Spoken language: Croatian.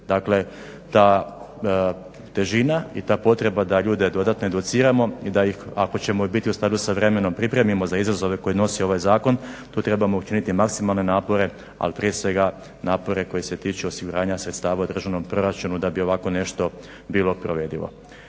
Dakle, ta težina i ta potreba da ljude dodatno educiramo i da ih ako ćemo biti u stanju sa vremenom pripremimo za izazove koje nosi ovaj zakon tu trebamo učiniti maksimalne napore ali prije svega napore koji se tiču osiguranja sredstava u državnom proračunu da bi ovako nešto bilo provedivo.